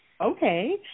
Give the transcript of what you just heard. okay